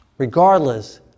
regardless